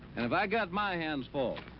and have i got my hands full.